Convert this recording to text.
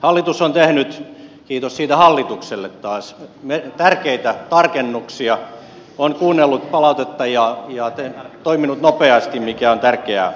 hallitus on tehnyt kiitos siitä hallitukselle taas tärkeitä tarkennuksia on kuunnellut palautetta ja toiminut nopeasti mikä on tärkeää